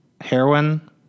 Heroin